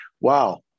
wow